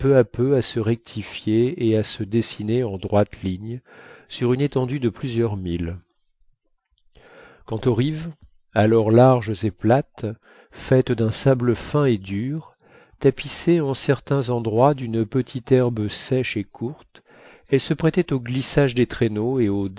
à peu à se rectifier et à se dessiner en droite ligne sur une étendue de plusieurs milles quant aux rives alors larges et plates faites d'un sable fin et dur tapissées en certains endroits d'une petite herbe sèche et courte elles se prêtaient au glissage des traîneaux et au